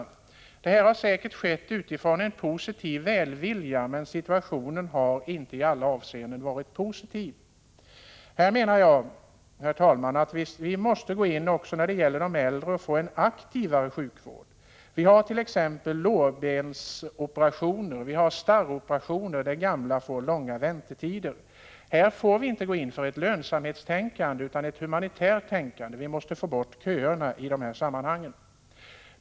Utvecklingen har säkerligen ägt rum som följd av en välvillig inställning, men situationen harinte i alla avseenden varit positiv. Här menar jag, herr talman, att vi också när det gäller de äldre måste få till stånd en aktivare sjukvård. Det gäller t.ex. lårbensoperationer och starroperationer, där det blir långa väntetider för gamla. Vi får inte hänge oss åt ett lönsamhetstänkande, utan det skall vara ett humanitärt tänkande — vi måste få bort köerna i dessa sammanhang.